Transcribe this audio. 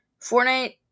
Fortnite